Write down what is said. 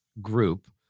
group